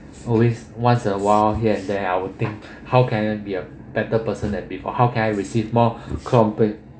always once a while here and there I will think how can it be a better person than before how can I receive more compl~